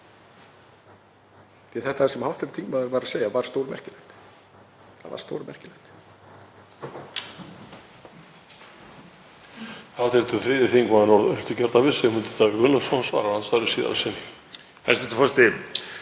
að það sem hv. þingmaður var að segja var stórmerkilegt. Það var stórmerkilegt.